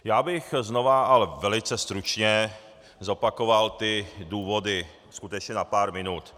Já bych znova, ale velice stručně, zopakoval ty důvody, skutečně na pár minut.